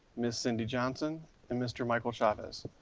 ms. cindy johnson and mr. michael chavez.